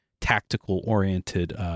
tactical-oriented